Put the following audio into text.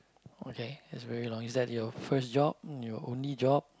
okay that's very long is that your first job your only job